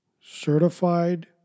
certified